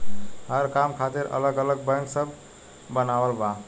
हर काम खातिर अलग अलग बैंक सब बनावल बा